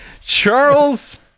Charles